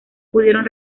pudieron